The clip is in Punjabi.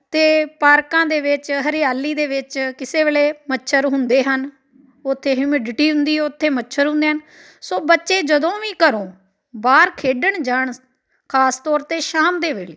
ਅਤੇ ਪਾਰਕਾਂ ਦੇ ਵਿੱਚ ਹਰਿਆਲੀ ਦੇ ਵਿੱਚ ਕਿਸੇ ਵੇਲੇ ਮੱਛਰ ਹੁੰਦੇ ਹਨ ਉੱਥੇ ਹਿਊਮੇਡੀਟੀ ਹੁੰਦੀ ਉੱਥੇ ਮੱਛਰ ਹੁੰਦੇ ਹਨ ਸੋ ਬੱਚੇ ਜਦੋਂ ਵੀ ਘਰੋਂ ਬਾਹਰ ਖੇਡਣ ਜਾਣ ਖਾਸ ਤੌਰ 'ਤੇ ਸ਼ਾਮ ਦੇ ਵੇਲੇ